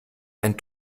ein